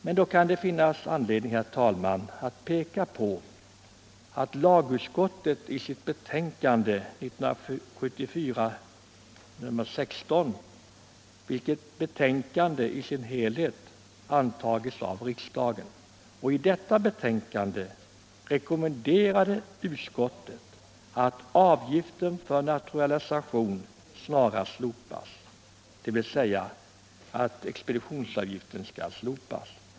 Men då kan det finnas anledning, herr talman, att peka på lagutskottets betänkande nr 16 år 1974, som i sin helhet antogs av riksdagen. I detta betänkande rekommenderade utskottet att avgiften för naturalisation snarast skulle slopas, dvs. att expeditionsavgiften skall slopas.